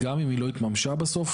גם אם היא לא התממשה בסוף,